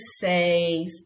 say